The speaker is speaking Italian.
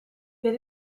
per